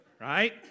right